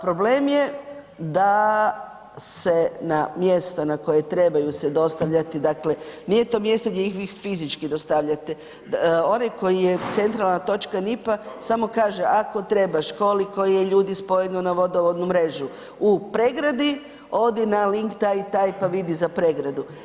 Problem je da se na mjesto na koje trebaju se dostavljati, dakle, nije to mjesto gdje ih vi fizički dostavljate, onaj koji je centralna točka NIP-a, samo kaže ako trebaš, koliko je ljudi spojeno na vodovodnu mrežu u Pregradi, odi na link taj i taj pa vidi za Pregradu.